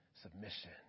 submission